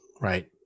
right